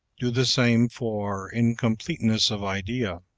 do the same for incompleteness of idea.